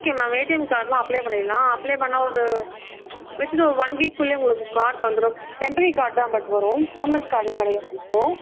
okay ma'am ATM கார்ட்லாம் apply பண்ணிடலாம் apply பண்ணால் ஒரு வித் இன் ஒரு ஒன் வீக் குள்ளேயே உங்களுக்கு கார்ட் வந்துடும் டெம்பரரி கார்ட் தான் பட் வரும் பர்மனெண்ட் கார்ட்லாம் கிடையாது இப்போது